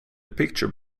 picture